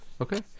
Okay